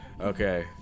Okay